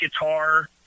guitar